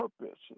purpose